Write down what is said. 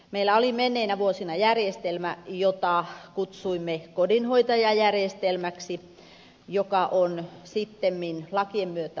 meillä oli menneinä vuosina järjestelmä jota kutsuimme kodinhoitajajärjestelmäksi joka on sittemmin lakien myötä lakkautettu